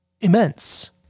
immense